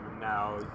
Now